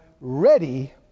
Ready